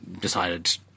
decided